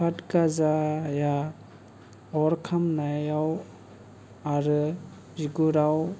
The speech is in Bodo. फाद गाजाया अर खामनायाव आरो बिगुराव